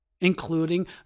including